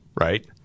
right